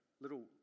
little